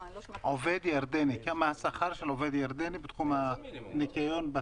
מה השכר של עובד ניקיון ירדני ?